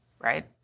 Right